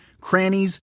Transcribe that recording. crannies